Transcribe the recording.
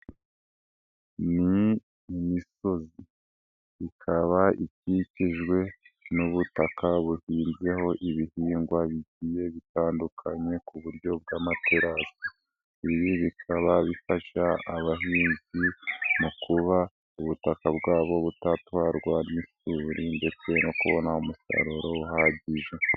Ni imisozi ikaba ikikijwe n'ubutaka buhinzweho ibihingwa bigiye bitandukanye ku buryo bw'amaterasi. Ibi bikaba bifasha abahinzi mu kuba ubutaka bwabo butatwarwa n'isuri ndetse no kubona umusaruro uhagije.